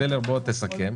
טלר, תסכם.